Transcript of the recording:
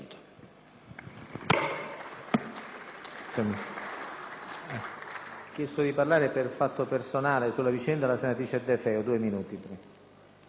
Grazie,